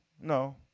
no